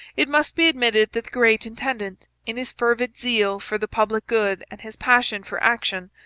it must be admitted that the great intendant, in his fervid zeal for the public good and his passion for action,